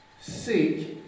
seek